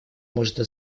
можно